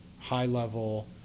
high-level